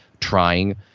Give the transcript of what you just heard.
trying